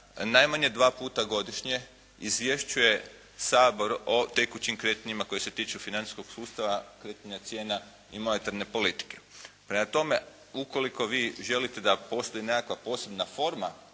najmanje dva puta godišnje izvješćuje Sabor o tekućim kretnjama koje se tiču financijskog sustava kretanja cijena i monetarne politike. Prema tome, ukoliko vi želite da postoji nekakva posebna forma